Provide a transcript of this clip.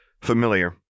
familiar